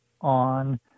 on